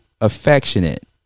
affectionate